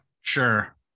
Sure